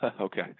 Okay